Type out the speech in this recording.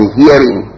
hearing